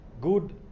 Good